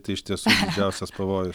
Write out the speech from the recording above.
tai iš tiesų didžiausias pavoju